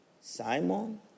Simon